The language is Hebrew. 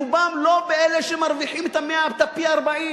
רובם לא מאלה שמרוויחים את הפי-40,